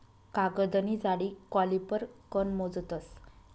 कागदनी जाडी कॉलिपर कन मोजतस